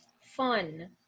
Fun